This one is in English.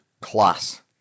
class